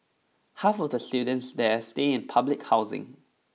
half of the students there stay in public housing